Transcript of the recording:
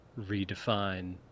redefine